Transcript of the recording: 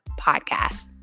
podcast